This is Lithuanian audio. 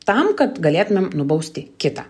tam kad galėtumėm nubausti kitą